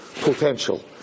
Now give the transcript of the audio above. Potential